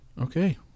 Okay